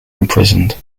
imprisoned